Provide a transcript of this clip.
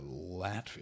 Latvia